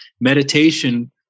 meditation